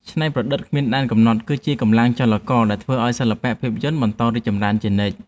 ច្នៃប្រឌិតគ្មានដែនកំណត់គឺជាកម្លាំងចលករដែលធ្វើឱ្យសិល្បៈភាពយន្តបន្តរីកចម្រើនជានិច្ច។